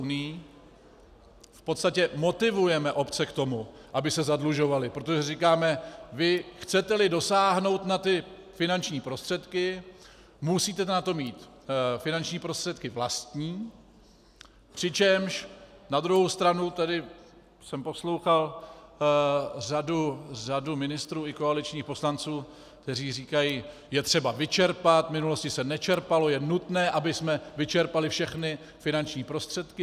V podstatě motivujeme obce k tomu, aby se zadlužovaly, protože říkáme: chceteli dosáhnout na ty finanční prostředky, musíte na to mít finanční prostředky vlastní, přičemž na druhou stranu tady jsem poslouchal řadu ministrů i koaličních poslanců, kteří říkají: je třeba vyčerpat, v minulosti se nečerpalo, je nutné, abychom vyčerpali všechny finanční prostředky.